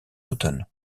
automne